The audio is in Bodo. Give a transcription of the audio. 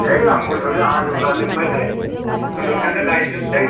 नै आं मोसौजों हालेवला जोब्बायलै मोसौजोंनो गायजोबसै